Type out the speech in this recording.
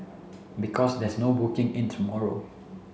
because there's no booking in tomorrow